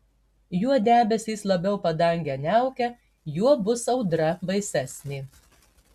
juo debesys labiau padangę niaukia juo bus audra baisesnė